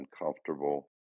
uncomfortable